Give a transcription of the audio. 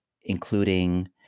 including